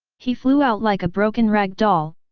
he flew out like a broken rag doll,